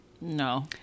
no